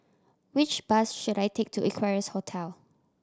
which bus should I take to Equarius Hotel